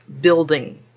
building